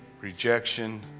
rejection